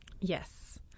Yes